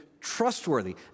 trustworthy